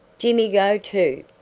jimmy go too.